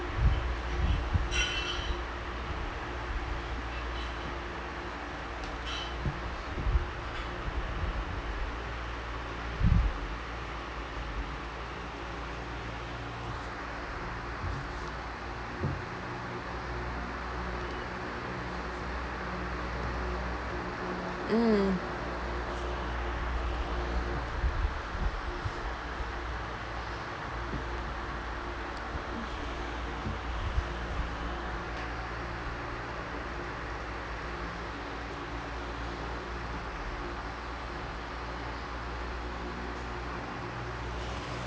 mm